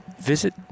visit